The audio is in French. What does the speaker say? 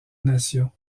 nations